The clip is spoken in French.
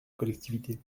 collectivité